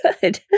good